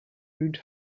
hood